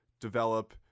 develop